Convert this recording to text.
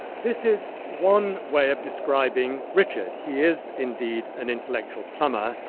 this is one way of describing richard. he is indeed an intellectual plumber,